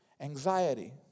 Anxiety